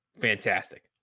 Fantastic